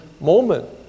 moment